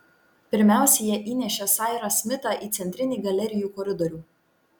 pirmiausia jie įnešė sairą smitą į centrinį galerijų koridorių